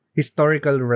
historical